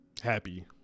happy